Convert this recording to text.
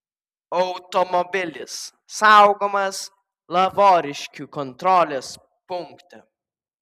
automobilis saugomas lavoriškių kontrolės punkte